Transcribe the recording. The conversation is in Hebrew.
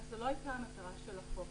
זו לא הייתה מטרת החוק,